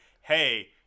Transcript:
Hey